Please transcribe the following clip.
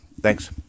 Thanks